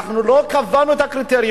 אנחנו לא קבענו את הקריטריונים.